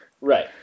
Right